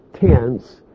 tense